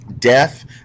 Death